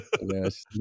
Yes